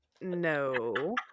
No